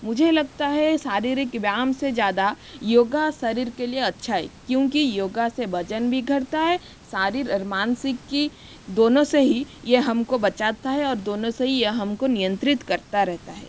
मुझे लगता है शारीरिक व्यायाम से ज़्यादा योगा शरीर के लिए अच्छा है क्योंकि योगा से वजन भी घटता है शारीरिक और मानसिक की दोनों से ही यह हमको बचाता है और दोनों से ही ये हमको नियंत्रित करता रहता है